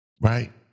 right